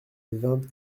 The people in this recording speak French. vingt